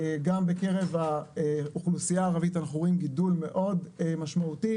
גם בקרב האוכלוסייה הערבית אנחנו רואים גידול מאוד משמעותי,